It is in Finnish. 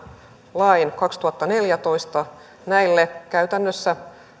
lain kaksituhattaneljätoista ja näille käytännössä